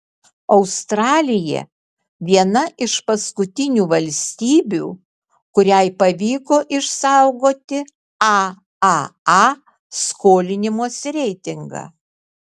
australija viena iš paskutinių valstybių kuriai pavyko išsaugoti aaa skolinimosi reitingą